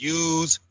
use